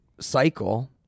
cycle